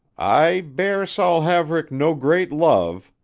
i bear saul haverick no great love,